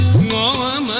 la